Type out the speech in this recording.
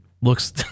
looks